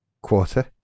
quarter